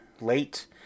late